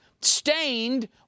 stained